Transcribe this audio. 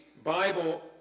Bible